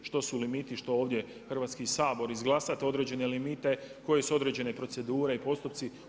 Što su limiti, što ovdje Hrvatski sabor izglasa određene limite, koje su određene procedure i postupci.